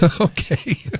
Okay